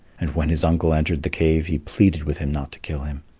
and when his uncle entered the cave, he pleaded with him not to kill him.